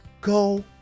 go